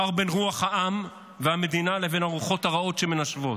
בחר בין רוח העם והמדינה לבין הרוחות הרעות שמנשבות.